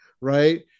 right